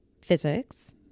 physics